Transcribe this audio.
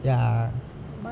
ya